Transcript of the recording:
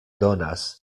donas